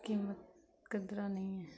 ਕੀਮਤ ਕਦਰ ਨਹੀਂ ਹੈ